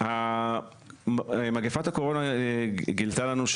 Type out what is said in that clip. מגפת הקורונה גילתה לנו,